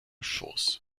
schoß